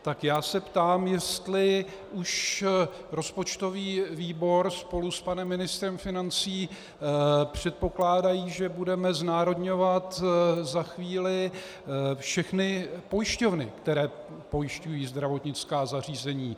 Tak já se ptám, jestli už rozpočtový výbor spolu s panem ministrem financí předpokládají, že budeme znárodňovat za chvíli všechny pojišťovny, které pojišťují zdravotnická zařízení.